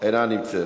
אינה נמצאת.